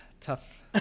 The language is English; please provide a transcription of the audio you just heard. tough